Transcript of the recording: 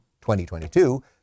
2022